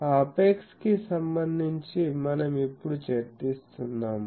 ఆ అపెక్స్ కి సంబంధించి మనం ఇప్పుడు చర్చిస్తున్నాము